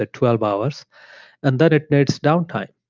ah twelve hours and that it needs downtime.